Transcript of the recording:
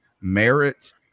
merit